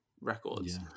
records